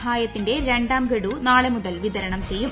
സഹായത്തിന്റെ രണ്ടാം ഗഡു നാളെ മൂതൽ വിതരണം ചെയ്യും